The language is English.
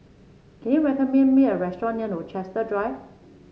can you recommend me a restaurant near Rochester Drive